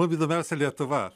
o įdomiausia lietuva